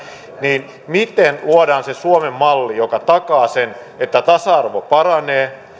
niin miten luodaan se suomen malli joka takaa sen että tasa arvo paranee